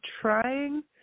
trying